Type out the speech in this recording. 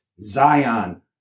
Zion